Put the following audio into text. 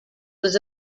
was